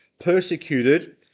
persecuted